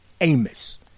Amos